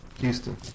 Houston